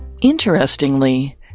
Interestingly